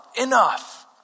Enough